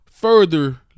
further